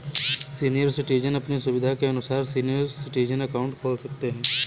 senior citizen अपनी सुविधा के अनुसार सीनियर सिटीजन अकाउंट खोल सकते है